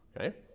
Okay